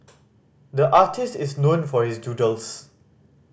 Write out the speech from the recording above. the artist is known for his doodles